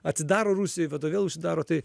atsidaro rusija ir po to vėl užsidaro tai